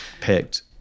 picked